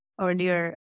earlier